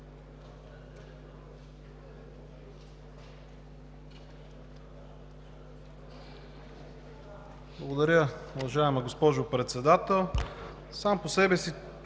Благодаря, уважаема госпожо Председател. Сам по себе си